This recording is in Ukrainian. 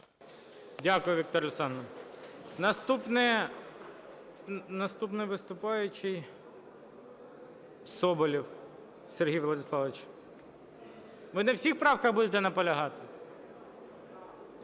Дякую, Вікторія Олександрівна. Наступний виступаючий – Соболєв Сергій Владиславович. Ви на всіх правках будете наполягати?